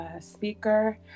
speaker